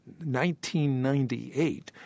1998